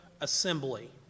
assembly